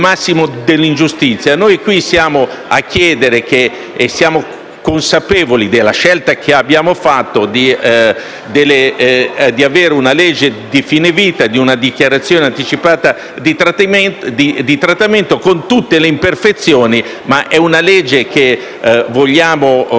consapevoli della scelta che abbiamo fatto di approvare una legge sul fine vita e sulle dichiarazioni anticipate di trattamento: pur con tutte le imperfezioni, è una legge che vogliamo abbia anche il nostro Paese e, quindi, cercando la perfezione